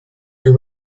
you